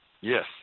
Yes